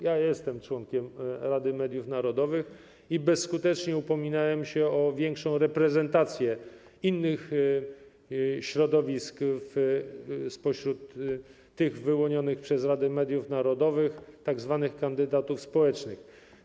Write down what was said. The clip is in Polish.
Jestem członkiem Rady Mediów Narodowych i bezskutecznie upominałem się o większą reprezentację innych środowisk wśród tych wyłonionych przez Radę Mediów Narodowych, tzw. kandydatów społecznych.